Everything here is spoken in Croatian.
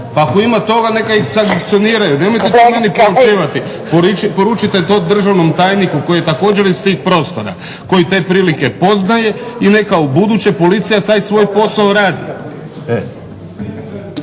Pa ako ima toga neka ih sankcioniraju …/Ne razumije se./… poručite to državnom tajniku koji je također iz tih prostora, koji te prilike poznaje i neka ubuduće policija taj svoj posao radi.